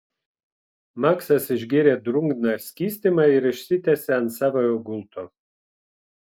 maksas išgėrė drungną skystimą ir išsitiesė ant savojo gulto